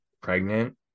pregnant